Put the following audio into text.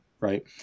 right